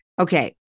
Okay